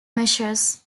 measures